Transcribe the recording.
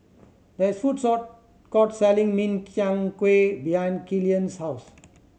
there is a food court selling Min Chiang Kueh behind Killian's house